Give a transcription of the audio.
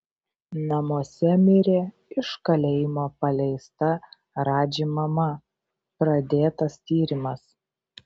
namuose mirė iš kalėjimo paleista radži mama pradėtas tyrimas